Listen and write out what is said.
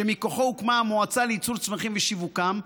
שמכוחו הוקמה המועצה לייצור צמחים ושיווקם,